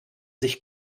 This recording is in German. sich